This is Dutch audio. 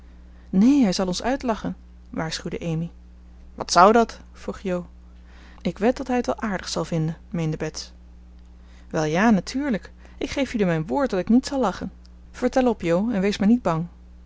neen hij zal ons uitlachen waarschuwde amy wat zou dat vroeg jo ik wed dat hij t wel aardig zal vinden meende bets wel ja natuurlijk ik geef jullie mijn woord dat ik niet zal lachen vertel op jo en wees maar niet bang